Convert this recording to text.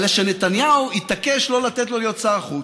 אלא שנתניהו התעקש לא לתת לו להיות שר החוץ,